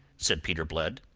said peter blood.